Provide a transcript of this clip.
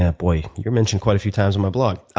yeah boy, you are mentioned quite a few times on my blog.